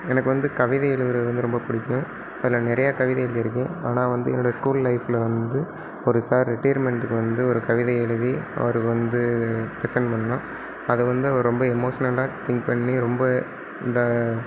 எனக்கு வந்து கவிதை எழுதுகிறது வந்து ரொம்ப பிடிக்கும் அதில் நிறையா கவிதைகள் இருக்கும் ஆனால் வந்து என்னோடய ஸ்கூல் லைஃப்பில் வந்து ஒரு சார் ரிடேர்மெண்ட்டுக்கு வந்து ஒரு கவிதை எழுதி அவருக்கு வந்து ப்ரெசன்ட் பண்ணேன் அதை வந்து அவர் ரொம்ப எமோஷ்னலாக திங்க் பண்ணி ரொம்ப இந்த